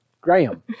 Graham